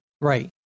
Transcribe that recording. Right